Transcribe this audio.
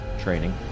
training